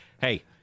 hey